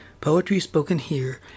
PoetrySpokenHere